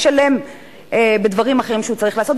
משלם בדברים אחרים שהוא צריך לעשות,